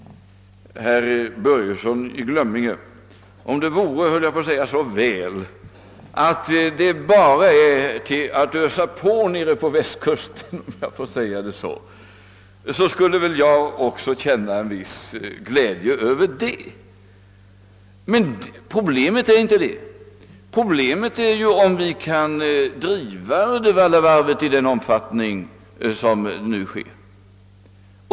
Om det vore så väl, herr Börjesson, att vi bara hade att ösa på nere på västkusten, skulle jag känna en viss glädje över det. Problemet är emellertid inte detta utan om vi kan driva Uddevallavarvet i nuvarande omfattning.